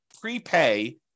prepay